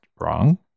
wrong